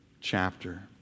chapter